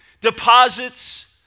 Deposits